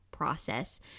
process